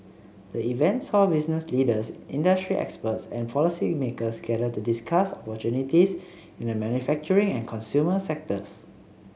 the event saw business leaders industry experts and policymakers gather to discuss opportunities in the manufacturing and consumer sectors